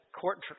court